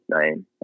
name